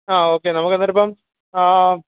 ആ ഒക്കെ നമുക്കന്നേരമിപ്പം ആ